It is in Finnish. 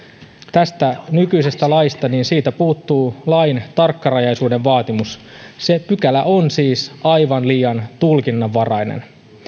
tästä nykyisestä laista puuttuu lain tarkkarajaisuuden vaatimus se pykälä on siis aivan liian tulkinnanvarainen